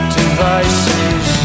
devices